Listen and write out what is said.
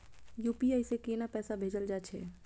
UPI से केना पैसा भेजल जा छे?